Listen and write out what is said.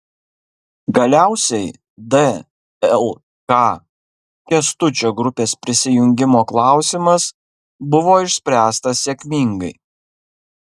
galiausiai dlk kęstučio grupės prisijungimo klausimas buvo išspręstas sėkmingai